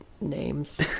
Names